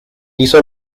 hizo